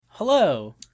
Hello